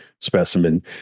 specimen